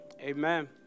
Amen